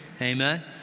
Amen